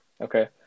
Okay